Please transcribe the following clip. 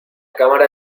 cámara